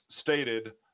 stated